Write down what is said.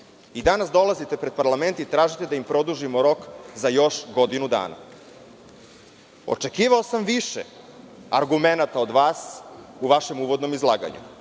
Danas dolazite pred parlament i tražite da im produžimo rok za još godinu dana. Očekivao sam više argumenata od vas u vašem uvodnom izlaganju.